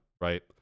right